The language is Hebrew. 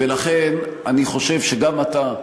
ולכן, אני חושב שגם אתה,